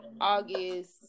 August